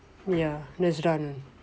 ya that's done